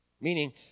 Meaning